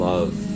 love